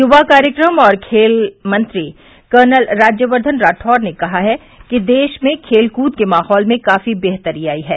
युवा कार्यक्रम और खेल मंत्री कर्नल राज्यवर्द्धन राठौड़ ने कहा है कि देश में खेल कूद के माहौल में काफी बेहतरी आई है